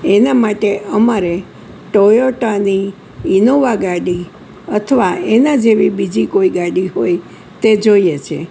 એના માટે અમારે ટોયોટાની ઈનોવા ગાડી અથવા એના જેવી બીજી કોઈ ગાડી હોય તે જોઈએ છે